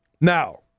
Now